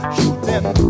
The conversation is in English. Shooting